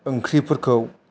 ओंख्रिफोरखौ